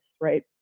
right